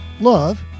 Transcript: love